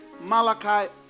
Malachi